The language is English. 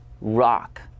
rock